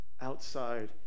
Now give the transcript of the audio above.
outside